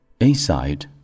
Inside